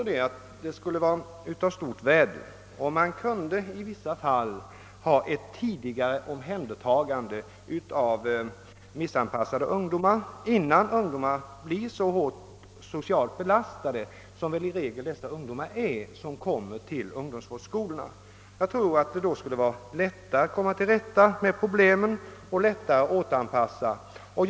Det vore också av stort värde om man i vissa fall kunde åstadkomma ett tidigare omhändertagande av missanpassade ungdomar, innan ungdomarna blir så hårt socialt belastade som de väl nu i regel är när de kommer till ungdomsvårdsskola. Det vore då säkerligen lättare att kom ma till rätta med problemen och lättare att återanpassa ungdomarna.